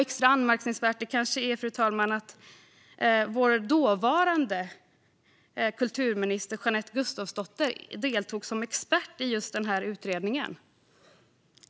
Extra anmärkningsvärt är kanske, fru talman, att vår dåvarande kulturminister Jeanette Gustafsdotter deltog som expert i just denna utredning.